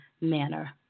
manner